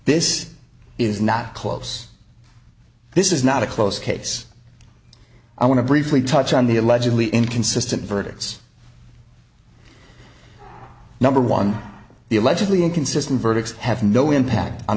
this is not close this is not a close case i want to briefly touch on the allegedly inconsistent verdicts number one the allegedly inconsistent verdicts have no impact on